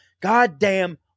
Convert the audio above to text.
goddamn